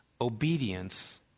obedience